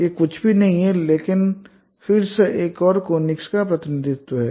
यह कुछ भी नहीं है लेकिन फिर से एक और कोनिक्स का प्रतिनिधित्व है